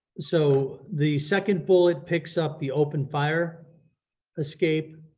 so the second bullet picks up the open fire escape,